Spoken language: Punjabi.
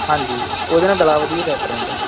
ਹਾਂਜੀ ਉਹਦੇ ਨਾਲ ਗਲਾ ਵਧੀਆ ਰੈਟ ਰਹਿੰਦਾ